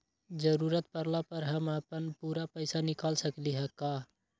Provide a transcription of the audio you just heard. जरूरत परला पर हम अपन पूरा पैसा निकाल सकली ह का?